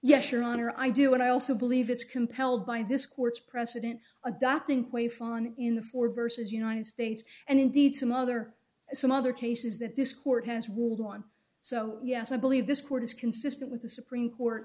yes your honor i do and i also believe it's compelled by this court's precedent adopting way far in the for versus united states and indeed some other some other cases that this court has ruled on so yes i believe this court is consistent with the supreme court